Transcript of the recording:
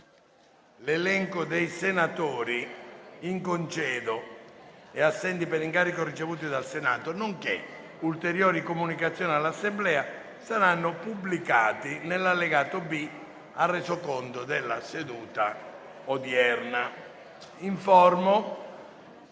L'elenco dei senatori in congedo e assenti per incarico ricevuto dal Senato, nonché ulteriori comunicazioni all'Assemblea saranno pubblicati nell'allegato B al Resoconto della seduta odierna.